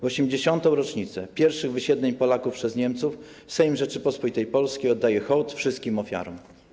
W 80. rocznicę pierwszych wysiedleń Polaków przez Niemców Sejm Rzeczypospolitej Polskiej oddaje hołd wszystkim ofiarom”